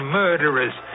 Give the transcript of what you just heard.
murderers